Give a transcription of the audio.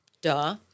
duh